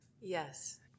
Yes